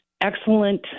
excellent